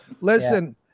Listen